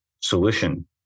solution